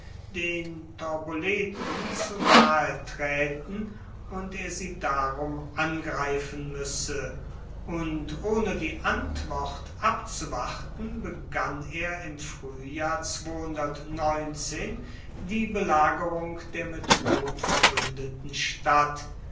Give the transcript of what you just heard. den torboleten zu nahe traeten und er sie darum angreifen muesse und ohne die antwort abzuwarten begann er im fruehjahr die belagerung der mit rom verbuendeten stadt